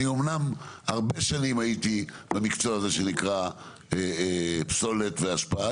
אני אמנם הרבה שנים הייתי במקצוע הזה שנקרא פסולת ואשפה,